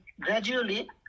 gradually